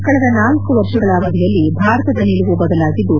head ಕಳೆದ ನಾಲ್ಕು ವರ್ಷಗಳ ಅವಧಿಯಲ್ಲಿ ಭಾರತದ ನಿಲುವು ಬದಲಾಗಿದ್ದು